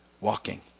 walking